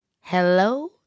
hello